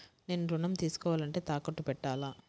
నేను ఋణం తీసుకోవాలంటే తాకట్టు పెట్టాలా?